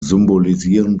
symbolisieren